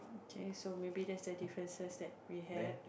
okay so maybe that's the differences that we had